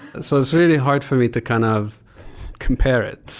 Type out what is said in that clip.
so it's really hard for me to kind of compare it.